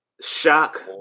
shock